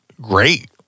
great